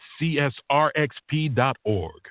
csrxp.org